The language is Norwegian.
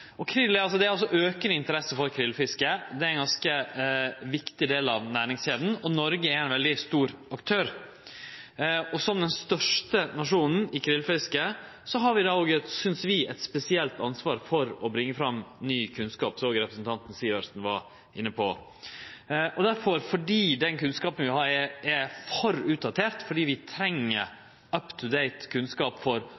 altså ei aukande interesse for krilfiske. Det er ein ganske viktig del av næringskjeda, og Noreg er ein veldig stor aktør. Som den største krilfiskenasjonen har vi, meiner vi, eit spesielt ansvar for å bringe fram ny kunnskap, som òg representanten Sivertsen var inne på. Derfor: Fordi den kunnskapen vi har, er for utdatert, og fordi vi trenger up-to-date-kunnskap for